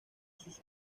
sus